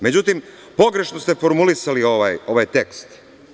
Međutim, pogrešno ste formulisali ovaj tekst.